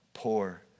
Poor